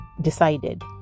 decided